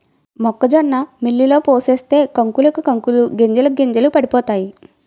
మొక్కజొన్న మిల్లులో పోసేస్తే కంకులకు కంకులు గింజలకు గింజలు పడిపోతాయి